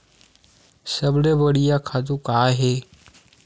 सबले बढ़िया खातु का हे?